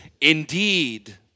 Indeed